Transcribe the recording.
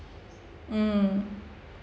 mm